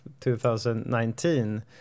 2019